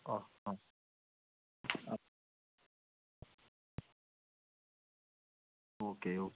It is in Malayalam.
ഓ ഒ ഓ ഓക്കെ ഓക്കെ